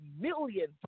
millions